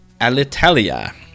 Alitalia